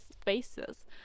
spaces